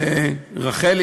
לרחלי,